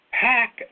pack